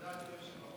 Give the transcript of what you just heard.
תודה, אדוני היושב-ראש.